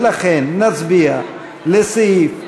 ולכן נצביע על סעיף 26,